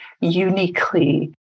uniquely